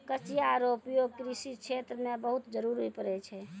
कचिया रो उपयोग कृषि क्षेत्र मे बहुत जरुरी पड़ै छै